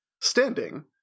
standing